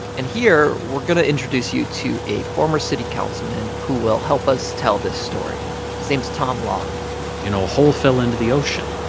and here, we're going to introduce you to a former city councilman who will help us tell this story tom long you know, a hole fell into the ocean.